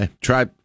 Try